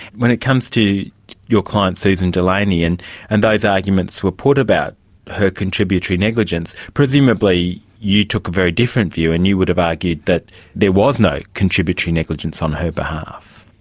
when it comes to your client, susan delaney, and and those arguments were put about her contributory negligence, presumably you took a very different view and you would have argued that there was no contributory negligence on her behalf.